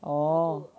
oh